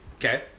Okay